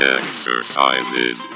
exercises